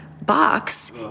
Box